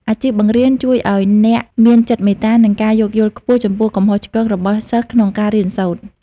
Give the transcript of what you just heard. អាជីពបង្រៀនជួយឱ្យអ្នកមានចិត្តមេត្តា និងការយោគយល់ខ្ពស់ចំពោះកំហុសឆ្គងរបស់សិស្សក្នុងការរៀនសូត្រ។